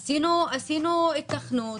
עשינו היתכנות,